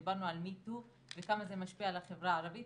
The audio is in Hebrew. ודיברנו על Me too וכמה זה משפיע על החברה הערבית.